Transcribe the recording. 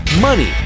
money